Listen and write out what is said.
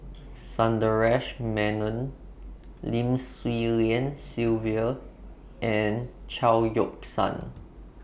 Sundaresh Menon Lim Swee Lian Sylvia and Chao Yoke San